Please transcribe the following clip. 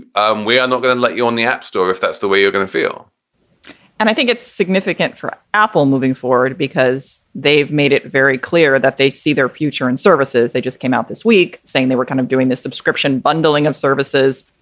um we are not going to let you on the app store if that's the way you're going to feel and i think it's significant for apple moving forward because they've made it very clear that they see their future in services. they just came out this week saying they were kind of doing this subscription bundling of services.